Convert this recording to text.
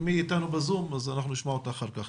אם היא איתנו בזום נשמע אותה אחר כך.